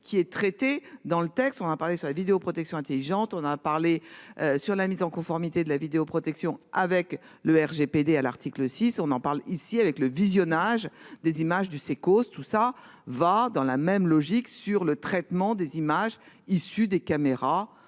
qui est traitée dans le texte on a parlé sur la vidéoprotection intelligente, on en a parlé sur la mise en conformité de la vidéoprotection avec le RGPD à l'article 6, on en parle ici avec le visionnage des images du Cecos, tout ça va dans la même logique sur le traitement des images issues des caméras